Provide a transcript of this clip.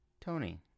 Tony